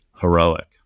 heroic